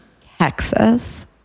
texas